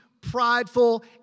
prideful